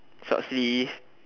short sleeve